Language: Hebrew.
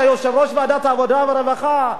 אתה יושב-ראש ועדת העבודה והרווחה,